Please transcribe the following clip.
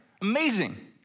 Amazing